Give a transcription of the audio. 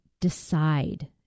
decide